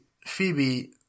Phoebe